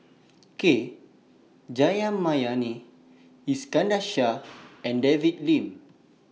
K Jayamani Iskandar Shah and David Lim